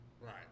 right